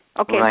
Okay